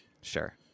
Sure